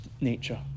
nature